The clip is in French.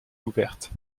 ouvertes